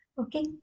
okay